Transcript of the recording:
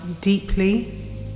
deeply